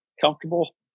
comfortable